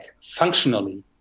functionally